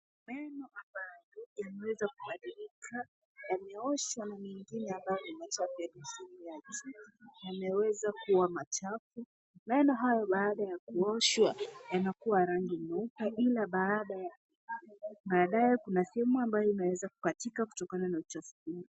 Meno ambayo yameweza kuathirika yameoshwa na mengine ambayo ni machafu hadi sehemu ya juu yameweza kuwa machafu. Meno hayo baada ya kuoshwa yanakua rangi nyeupe ila baadae kuna sehemu ambayo inaweza kukatika kutokana na uchafu mwingi.